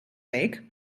week